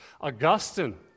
Augustine